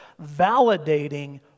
validating